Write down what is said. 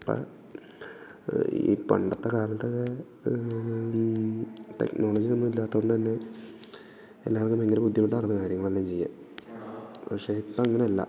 അപ്പോൾ ഈ പണ്ടത്തെ കാലത്ത് ടെക്നോളജിയൊന്നും ഇല്ലാത്തതുകൊണ്ടെുതന്നെ എല്ലാവരും ഭയങ്കര ബുദ്ധിമുട്ടായിരുന്നു കാര്യങ്ങളല്ലാം ചെയ്യാൻ പക്ഷേ ഇപ്പം അങ്ങനെയല്ല